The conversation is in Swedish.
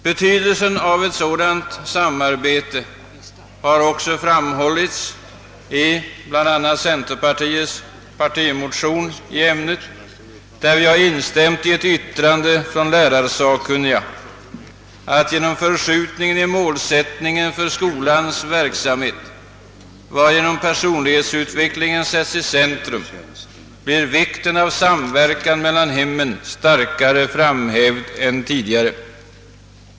Betydelsen av ett sådant samarbete har också framhållits i centerns partimotion i ämnet, där vi instämt i ett yttrande från lärarsakkunniga, att genom förskjutningen i målsättningen för skolans verksamhet, varigenom personlighetsutvecklingen sätts i centrum, blir vikten av samverkan med hemmen starkare framhävd än tidigare.